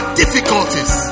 difficulties